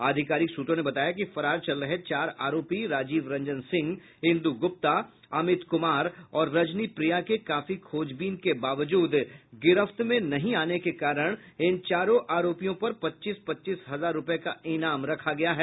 आधिकारिक सूत्रों ने बताया कि फरार चल रहे चार आरोपी राजीव रंजन सिंह इन्दू गुप्ता अमित कुमार और रजनी प्रिया के काफी खोजबीन के बावजूद गिरफ्त में नहीं आने के कारण इन चारों आरोपियों पर पच्चीस पच्चीस हजार रुपये का इनाम रखा गया है